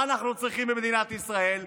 מה אנחנו צריכים במדינת ישראל?